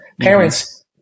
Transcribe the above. parents